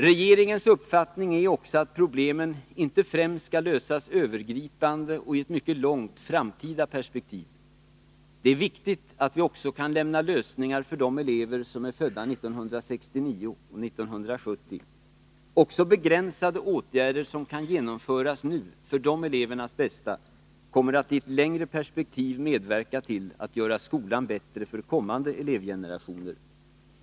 Regeringens uppfattning är också att problemen inte främst skall lösas övergripande och i ett mycket långt framtida perspektiv. Det är viktigt att vi också kan lämna lösningar för de elever som är födda 1969 och 1970. Även begränsade åtgärder som kan genomföras nu för elevernas bästa kommer att i ett längre perspektiv medverka till att göra skolan bättre för kommande elevgenerationer.